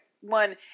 one